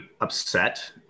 upset